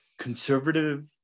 conservative